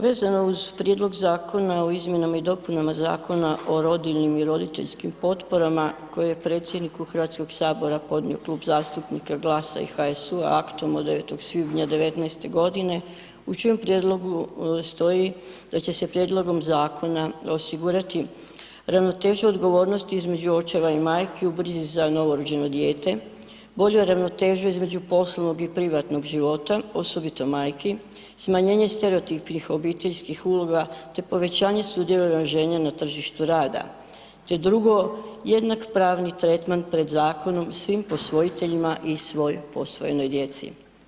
Vezano uz prijedlog zakona o izmjenama i dopunama Zakona o rodiljnim i roditeljskim potporama koje je predsjedniku HS podnio Klub zastupnika GLAS-a i HSU-a aktom od 9. svibnja '19.g. u čijem prijedlogu stoji da će se prijedlogom zakona osigurati ravnoteža odgovornosti između očeva i majki u brizi za novorođeno dijete, bolju ravnotežu između poslovnog i privatnog života, osobito majki, smanjenje stereotipnih obiteljskih uloga, te povećanje sudjelovanja žena na tržištu rada, te drugo jednak pravni tretman pred zakonom i svim posvojiteljima i svoj posvojenoj djeci.